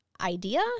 idea